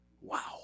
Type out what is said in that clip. wow